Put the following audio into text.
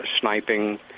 sniping